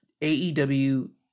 AEW